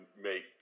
make